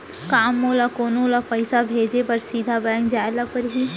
का मोला कोनो ल पइसा भेजे बर सीधा बैंक जाय ला परही?